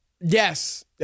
Yes